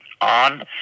on